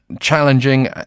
challenging